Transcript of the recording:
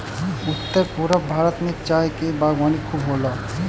उत्तर पूरब भारत में चाय के बागवानी खूब होला